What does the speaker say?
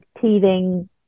teething